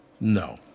No